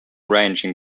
ranging